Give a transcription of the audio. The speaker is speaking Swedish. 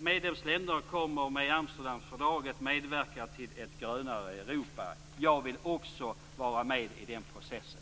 medlemsländer kommer med Amsterdamfördraget att medverka till ett grönare Europa. Jag vill också vara med i den processen.